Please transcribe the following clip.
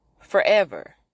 forever